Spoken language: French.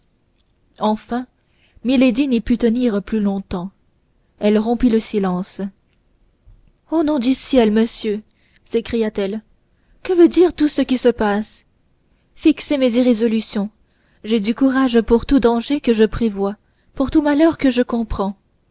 enfin milady n'y put tenir plus longtemps elle rompit le silence au nom du ciel monsieur s'écria-t-elle que veut dire tout ce qui se passe fixez mes irrésolutions j'ai du courage pour tout danger que je prévois pour tout malheur que je comprends